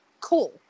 Cool